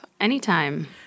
Anytime